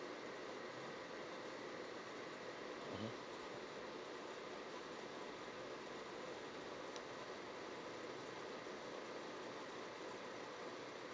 mmhmm